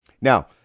Now